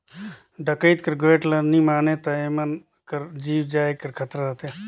डकइत कर गोएठ ल नी मानें ता एमन कर जीव जाए कर खतरा रहथे